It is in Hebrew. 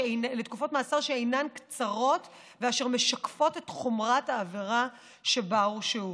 שאינן קצרות ואשר משקפות את חומרת העבירה שבה הורשעו.